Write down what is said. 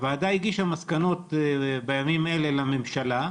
הוועדה הגישה מסקנות בימים אלה לממשלה,